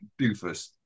doofus